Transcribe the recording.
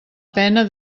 pena